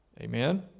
Amen